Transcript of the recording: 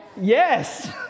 Yes